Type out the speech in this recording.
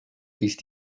ist